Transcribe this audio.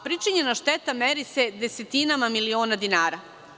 Pričinjena šteta meri se desetinama miliona dinara.